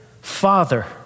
Father